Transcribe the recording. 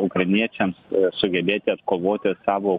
ukrainiečiams sugebėti atkovoti savo